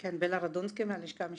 אדוני.